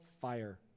fire